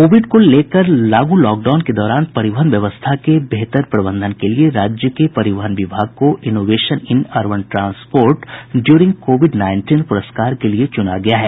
Covid को लेकर लागू लॉकडाउन के दौरान परिवहन व्यवस्था के बेहतर प्रबंधन के लिए राज्य के परिवहन विभाग को innovation in urban transport during covid nineteen पुरस्कार के लिए चुना गया है